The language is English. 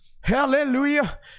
hallelujah